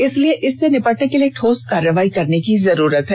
इसलिए इससे निपटने के लिए ठोस कार्रवाई करने की जरूरत है